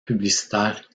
publicitaire